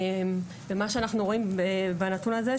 מה שאנחנו רואים בנתון הזה,